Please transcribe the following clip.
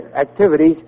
Activities